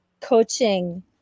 coaching